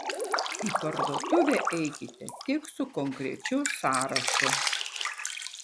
į parduotuvę eikite tik su konkrečiu sąrašu